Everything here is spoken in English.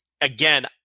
again